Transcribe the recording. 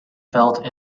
felt